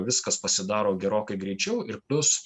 viskas pasidaro gerokai greičiau ir plius